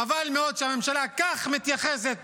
חבל מאוד שהממשלה מתייחסת